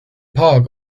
park